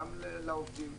גם לעובדים,